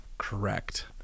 correct